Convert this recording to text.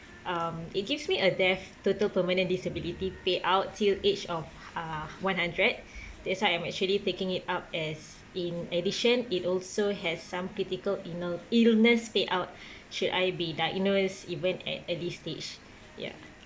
um it gives me a death total permanent disability payout till age of uh one hundred that's why I'm actually taking it up as in addition it also has some critical illne~ illness payout should I be diagnosed even at at this stage ya